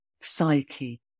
psyche